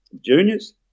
juniors